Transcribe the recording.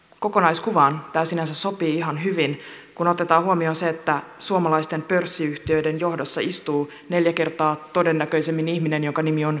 kokonaiskuvaan tämä sinänsä sopii ihan hyvin kun otetaan huomioon se että suomalaisen pörssiyhtiön johdossa istuu neljä kertaa todennäköisemmin ihminen jonka nimi on juha kuin nainen